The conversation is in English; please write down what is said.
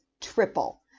triple